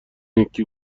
یکی